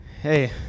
Hey